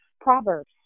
Proverbs